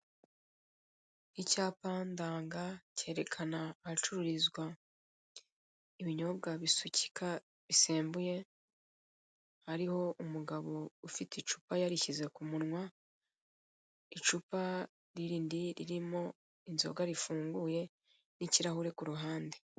Icyapa ndanga kerekana ahacururizwa ibinyobwa bisukika bisembuye, hariho umugabo ufite icupa yarishyize ku munwa, icupa rindi ririmo inzoga rifunguye n'ikirahure ku ruhande.